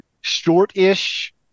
shortish